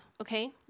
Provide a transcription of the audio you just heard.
okay